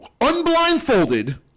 unblindfolded